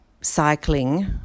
cycling